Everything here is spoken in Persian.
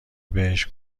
بهش